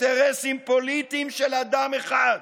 ואינטרסים פוליטיים של אדם אחד.